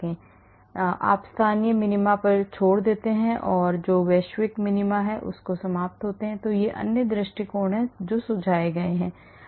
मेरा मतलब है कि आप स्थानीय मिनीमा को छोड़ देते हैं और वैश्विक मिनीमा के साथ समाप्त होते हैं कई अन्य दृष्टिकोण हैं जो सुझाए गए हैं